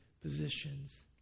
positions